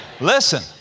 Listen